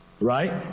right